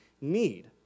need